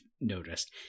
noticed